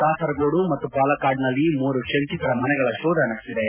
ಕಾಸರಗೂಡು ಮತ್ತು ಪಾಲಕ್ಷಾಡ್ನಲ್ಲಿ ಮೂವರು ಶಂಕಿತರ ಮನೆಗಳ ಶೋಧ ನಡೆಸಿದೆ